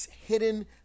hidden